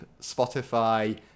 Spotify